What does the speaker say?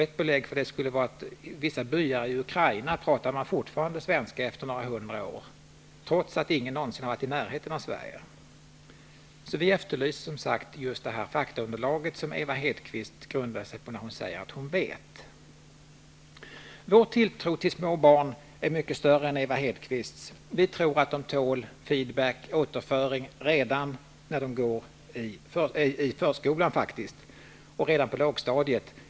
Ett belägg för detta är att man i vissa byar i Ukraina fortfarande efter några hundra år talar svenska, trots att ingen därifrån någonsin har varit i närheten av Sverige. Vi efterlyser alltså det faktaunderlag som Ewa Hedkvist grundar sig på, när hon säger att hon vet att det är viktigt med hemspråksundervisning. Vår tilltro till små barn är mycket större än Ewa Hedkvists. Vi tror att de tål feedback, återföring, redan när de går i förskolan och redan på lågstadiet.